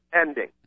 ending